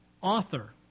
author